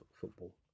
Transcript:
football